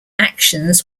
actions